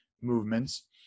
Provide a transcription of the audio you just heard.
movements